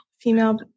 Female